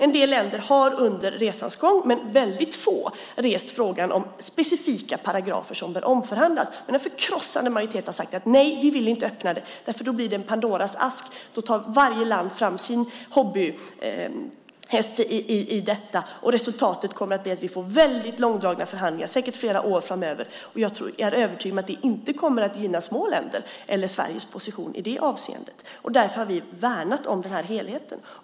En del länder - väldigt få - har under resans gång rest frågan om specifika paragrafer som bör omförhandlas. En förkrossande majoritet har sagt att man inte vill öppna detta. Då blir det en Pandoras ask. Då tar varje land fram sin hobbyhäst. Resultatet blir att vi får väldigt långdragna förhandlingar, säkert flera år framöver. Jag är övertygad om att det inte kommer att gynna små länder eller Sveriges position. Därför har vi värnat om helheten.